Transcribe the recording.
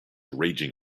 raging